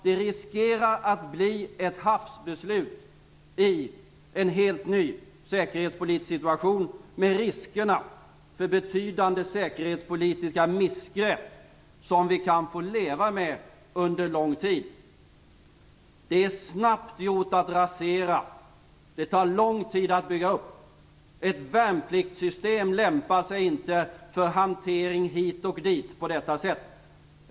Det riskerar att bli ett hafsbeslut i en helt ny säkerhetspolitisk situation med risker för betydande säkerhetspolitiska missgrepp som vi kan få leva med under lång tid. Det är snabbt gjort att rasera. Det tar lång tid att bygga upp. Ett värnpliktssystem lämpar sig inte för hantering hit och dit på detta sätt.